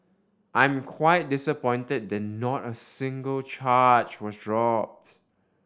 I'm quite disappointed that not a single charge was dropped